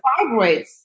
fibroids